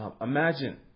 Imagine